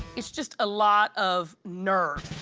it's just a lot of nerves.